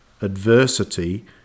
adversity